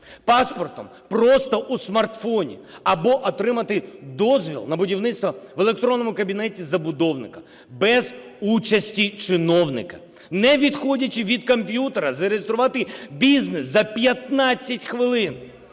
паспортом просто в смартфоні, або отримати дозвіл на будівництво в електронному кабінеті забудовника без участі чиновника. Не відходячи від комп'ютера, зареєструвати бізнес за 15 хвилин